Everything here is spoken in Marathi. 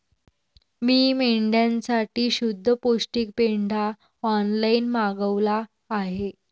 मी मेंढ्यांसाठी शुद्ध पौष्टिक पेंढा ऑनलाईन मागवला आहे